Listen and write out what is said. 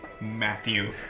Matthew